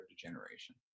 degeneration